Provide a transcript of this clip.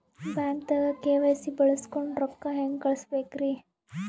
ಬ್ಯಾಂಕ್ದಾಗ ಕೆ.ವೈ.ಸಿ ಬಳಸ್ಕೊಂಡ್ ರೊಕ್ಕ ಹೆಂಗ್ ಕಳಸ್ ಬೇಕ್ರಿ?